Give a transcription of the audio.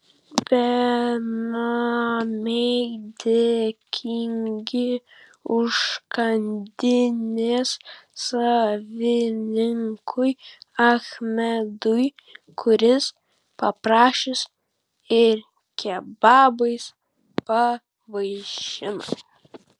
benamiai dėkingi užkandinės savininkui achmedui kuris paprašius ir kebabais pavaišina